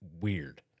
weird